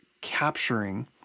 capturing